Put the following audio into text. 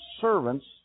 servants